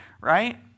right